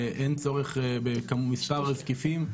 שאין צורך במספר זקיפים?